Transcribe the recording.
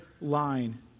line